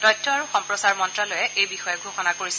তথ্য আৰু সম্প্ৰচাৰ মন্ত্ৰালয়ে এই বিষয়ে ঘোষণা কৰিছে